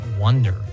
wonder